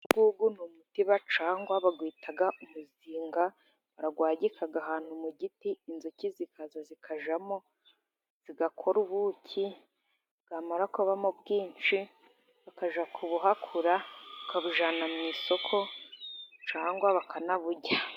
Uyu nguyu ni umutiba cyangwa bawita umuzinga. Barawuhagika ahantu mu giti inzuki zikaza zikajyamo zigakora ubuki, bwamara kubamo bwinshi bakajya kubuhakura bakabujyana mu isoko, cyangwa bakanaburya.